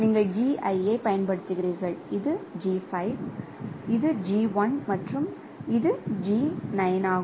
நீங்கள் G5 ஐப் பயன்படுத்துகிறீர்கள் இது G5 இது G1 மற்றும் இது G9 ஆகும்